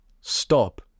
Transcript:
Stop